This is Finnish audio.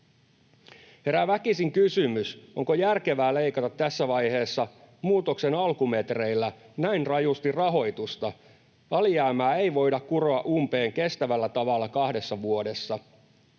Herää väkisin kysymys, onko järkevää leikata tässä vaiheessa, muutoksen alkumetreillä, näin rajusti rahoitusta. Alijäämää ei voida kuroa umpeen kestävällä tavalla kahdessa vuodessa.